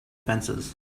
fences